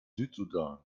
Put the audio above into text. südsudan